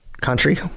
country